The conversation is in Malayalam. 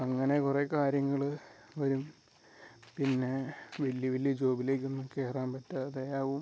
അങ്ങനെ കുറേ കാര്യങ്ങൾ വരും പിന്നെ വലിയ വലിയ ജോബിലേക്ക് ഒന്നും കയറാൻ പറ്റാതെ ആവും